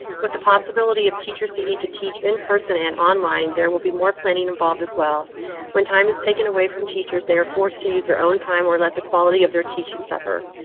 what the possibility of teachers needing to teach in person an on line there will be more planning involved as well when time is taken away from teachers, they are forced to use their own time or let the quality of their teaching suffer.